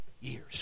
years